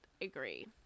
agree